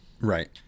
Right